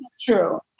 true